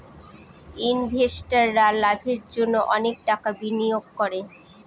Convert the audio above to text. ইনভেস্টাররা লাভের জন্য অনেক টাকা বিনিয়োগ করে